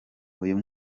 uyu